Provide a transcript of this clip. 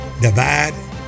divide